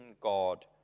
God